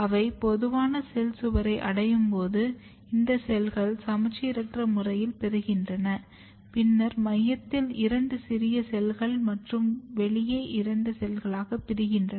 அவை பொதுவான செல் சுவரை அடையும் போது இந்த செல்கள் சமச்சீரற்ற முறையில் பிரிக்கின்றன பின்னர் மையத்தில் இரண்டு சிறிய செல்கள் மற்றும் வெளியே இரண்டு செல்களாக பிரிகின்றது